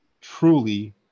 truly